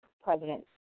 president